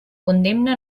condemna